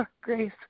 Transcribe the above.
grace